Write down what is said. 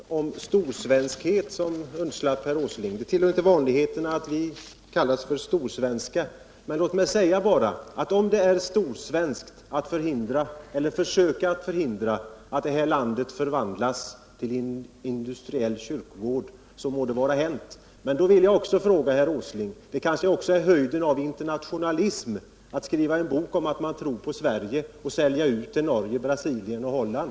Herr talman! Jag kan inte gå förbi den här beskyllningen om storsvenskhet som undslapp herr Åsling. Det tillhör inte vanligheterna att vi kallas storsvenska. Låt mig bara säga: Om det är storsvenskt att försöka förhindra att det här landet förvandlas till en industriell kyrkogård må det vara hänt. Men då vill jag fråga herr Åsling: Det kanske också är höjden av internationalism att skriva en bok om att man tror på Sverige och sedan sälja ut till Norge, Brasilien och Holland?